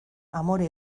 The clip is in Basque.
amore